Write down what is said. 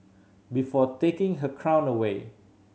before taking her crown away